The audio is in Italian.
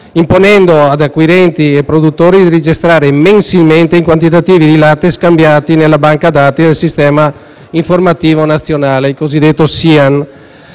imponendo ad acquirenti e produttori di registrare mensilmente i quantitativi di latte scambiati nella banca dati del Sistema informativo agricolo nazionale